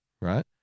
right